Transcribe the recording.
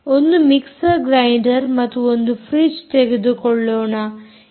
ಒಂದು mixer grinder ಮತ್ತೊಂದು fridge ಎಂದು ತೆಗೆದುಕೊಳ್ಳೋಣ